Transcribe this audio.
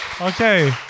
Okay